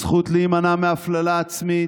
הזכות להימנע מהפללה עצמית,